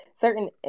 certain